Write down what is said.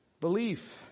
Belief